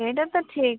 ସେଇଟା ତ ଠିକ୍